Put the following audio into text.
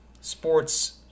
sports